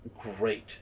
great